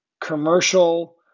commercial